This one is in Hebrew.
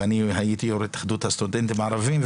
ואני הייתי יו"ר התאחדות הסטודנטים הערבים,